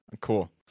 cool